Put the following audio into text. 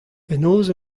penaos